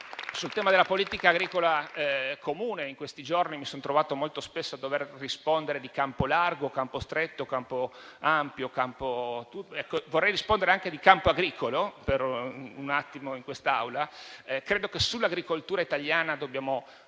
sul tema della politica agricola comune. In questi giorni mi sono trovato molto spesso a dover rispondere di campo largo, campo stretto, campo ampio; vorrei rispondere anche di campo agricolo in quest'Aula. Credo che sull'agricoltura italiana dobbiamo guardarci